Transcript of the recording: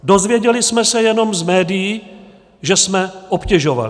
Dozvěděli jsme se jenom z médií, že jsme obtěžovali.